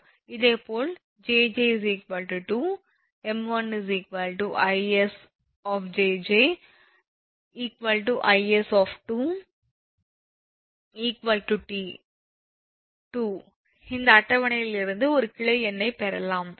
இதேபோல் jj 2 𝑚1 𝐼𝑆 𝑗𝑗 𝐼𝑆 2 இந்த அட்டவணையில் இருந்து ஒரு கிளை எண்ணைப் பெறலாம்